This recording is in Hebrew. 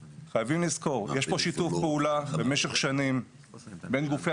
יש פה שיתוף פעולה במשך שנים בין גופי